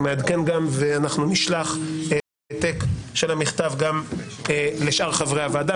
ואנחנו נשלח העתק של המכתב גם לשאר חברי הוועדה,